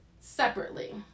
separately